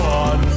on